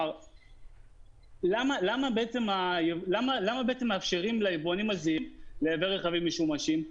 למה בעצם מאפשרים ליבואנים הזעירים לייבא רכבים משומשים?